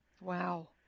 Wow